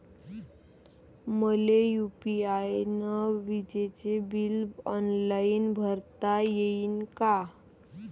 मले यू.पी.आय न विजेचे बिल ऑनलाईन भरता येईन का?